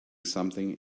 something